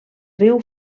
riu